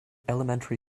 elementary